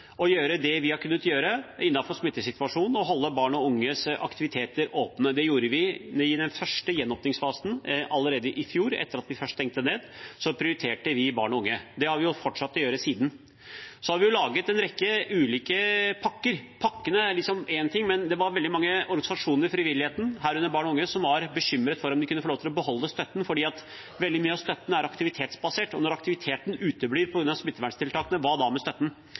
å gjøre det vi har kunnet gjøre innenfor smittesituasjonen for å holde barn og unges aktiviteter åpne. Det gjorde vi i den første gjenåpningsfasen allerede i fjor. Etter at vi først stengte ned, prioriterte vi barn og unge, og det har vi fortsatt å gjøre siden. Så har vi laget en rekke ulike pakker. Pakkene er én ting, men det var veldig mange organisasjoner i frivilligheten, herunder barn og unge, som var bekymret for om de kunne få lov til å beholde støtten. Veldig mye av støtten er jo aktivitetsbasert, og når aktiviteten uteblir på grunn av smitteverntiltakene, hva da med støtten? Vi valgte da å si umiddelbart at alle får beholde støtten,